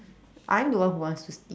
I'm the one who wants to sleep